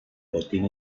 botín